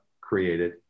created